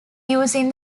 using